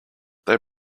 they